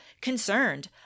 concerned